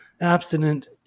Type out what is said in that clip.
Abstinent